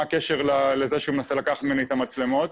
הקשר לזה שהוא מנסה לקחת ממני את המצלמות.